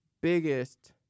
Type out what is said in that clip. biggest